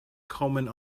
comment